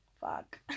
fuck